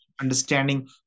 understanding